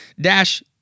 dash